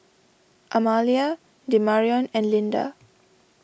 Amalia Demarion and Lynda